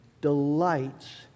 delights